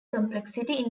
complexity